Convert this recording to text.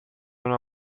una